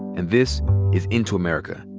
and this is into america.